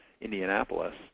Indianapolis